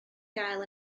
gael